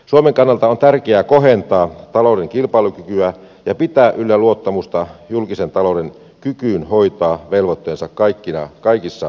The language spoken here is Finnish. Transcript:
suomen kannalta on tärkeää kohentaa talouden kilpailukykyä ja pitää yllä luottamusta julkisen talouden kykyyn hoitaa velvoitteensa kaikissa tilanteissa